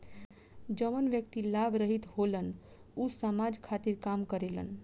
जवन व्यक्ति लाभ रहित होलन ऊ समाज खातिर काम करेलन